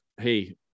hey